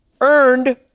earned